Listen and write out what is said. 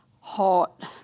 Hot